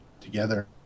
together